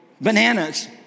Bananas